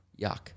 Yuck